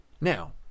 Now